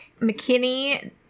McKinney